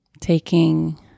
Taking